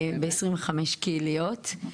בעשרים וחמש קהילות.